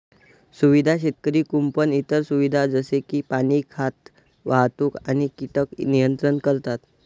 सुविधा शेतकरी कुंपण इतर सुविधा जसे की पाणी, खाद्य, वाहतूक आणि कीटक नियंत्रण करतात